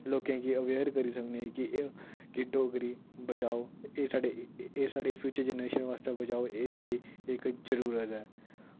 लोकें गी अवेयर करी सकने कि कि डोगरी बचाओ एह् साढ़े एह् साढ़े फ्यूचर जनरेशन वास्तै बचाओ एह् साढ़ी इक जरूरत ऐ